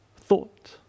thought